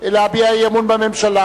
להביע אי-אמון בממשלה.